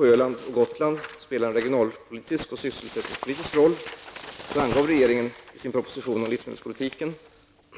Öland och Gotland spelar en regional och sysselsättningspolitisk roll angav regeringen i sin proposition om livsmedelspolitiken